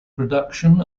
production